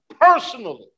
personally